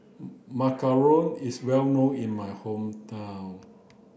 Macaron is well known in my hometown